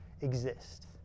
exist